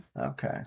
Okay